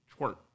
Twerk